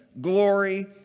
glory